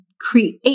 create